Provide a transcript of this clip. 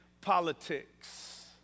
politics